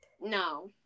No